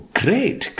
great